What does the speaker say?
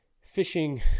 fishing